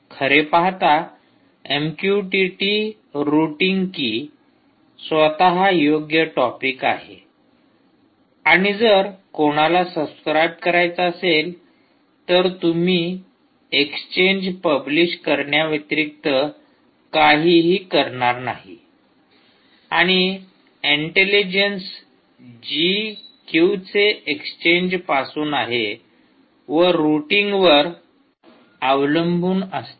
खरे पाहता MQTT routing key स्वतः योग्य टॉपिक आहे आणि जर कोणाला सबस्क्राईब करायचे असेल तर तुम्ही एक्सचेंज पब्लिश करण्याव्यतिरिक्त काहीही करणार नाही आणि इंटेलिजन्स जी क्यूचे एक्सचेंज पासून आहे व रुटींग की वर अवलंबून असते